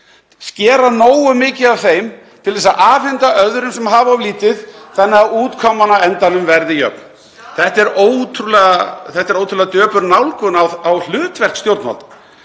skera nógu mikið af þeim til að afhenda öðrum sem hafa of lítið þannig að útkoman á endanum verði jöfn. (Gripið fram í.) Þetta er ótrúlega döpur nálgun á hlutverk stjórnvalda.